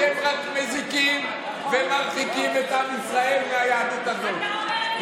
אתם רק מזיקים ומרחיקים את עם ישראל מהיהדות הזאת.